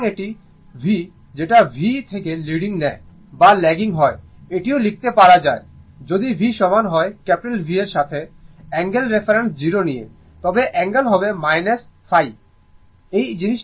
সুতরাং এটি v যেটা V থেকে লিডিং নেয় বা ল্যাগিং হয় এটিও লিখতে পারা যায় যদি v সমান হয় V এর সাথে অ্যাঙ্গেল রেফারেন্স 0 নিয়ে তবে অ্যাঙ্গেল হবে ϕ